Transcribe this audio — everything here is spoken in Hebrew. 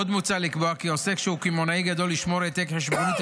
עוד מוצע לקבוע כי עוסק שהוא קמעונאי גדול ישמור העתק חשבונית